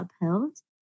upheld